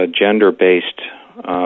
gender-based